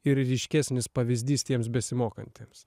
ir ryškesnis pavyzdys tiems besimokantiems